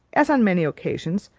as on many occasions,